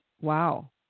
wow